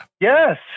Yes